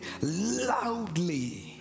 loudly